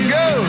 go